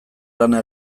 lana